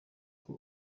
uko